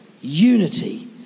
Unity